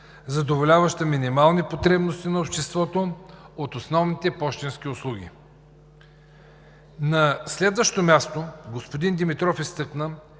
задоволяваща минимални потребности на обществото от основни пощенски услуги. На следващо място господин Димитров изтъкна,